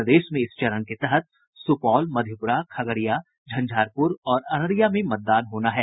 प्रदेश में इस चरण के तहत सुपौल मधेपुरा खगड़िया झंझारपुर और अररिया में मतदान होना है